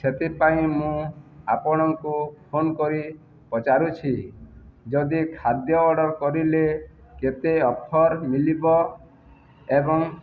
ସେଥିପାଇଁ ମୁଁ ଆପଣଙ୍କୁ ଫୋନ କରି ପଚାରୁଛି ଯଦି ଖାଦ୍ୟ ଅର୍ଡ଼ର କରିଲେ କେତେ ଅଫର୍ ମିଲିବ ଏବଂ